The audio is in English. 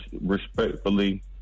respectfully